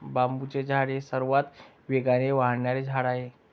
बांबूचे झाड हे सर्वात वेगाने वाढणारे झाड आहे